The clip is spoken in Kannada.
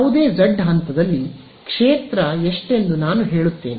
ಯಾವುದೇ z ಹಂತದಲ್ಲಿ ಕ್ಷೇತ್ರ ಎಷ್ಟೆಂದು ನಾನು ಹೇಳುತ್ತೇನೆ